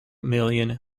million